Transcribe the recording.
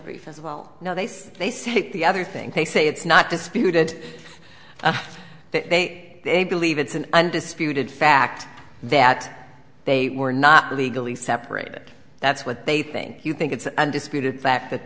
brief as well now they say they see the other thing they say it's not disputed that they they believe it's an undisputed fact that they were not legally separated that's what they think you think it's an undisputed fact that